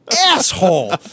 asshole